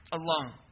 alone